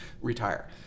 retire